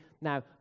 Now